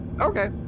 Okay